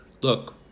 Look